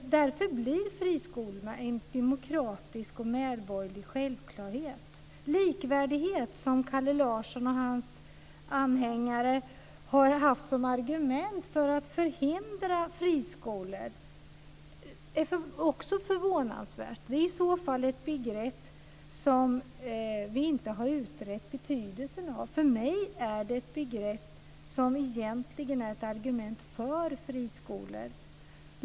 Därför blir friskolorna en demokratisk och medborgerlig självklarhet. Likvärdighet har Kalle Larsson och hans anhängare haft som argument för att förhindra friskolor. Det är också förvånansvärt. Det är i så fall ett begrepp som vi inte har utrett betydelsen av. För mig är det ett begrepp som egentligen är ett argument för friskolor.